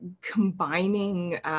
combining